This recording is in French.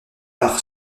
par